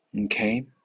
Okay